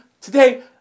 today